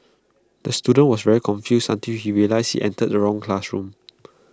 the student was very confused until he realised he entered the wrong classroom